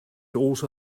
also